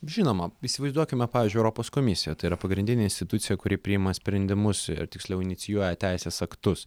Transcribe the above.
žinoma įsivaizduokime pavyzdžiui europos komisiją tai yra pagrindinė institucija kuri priima sprendimus ir tiksliau inicijuoja teisės aktus